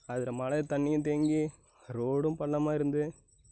அதில் மழை தண்ணியும் தேங்கி ரோடும் பள்ளமாக இருந்தது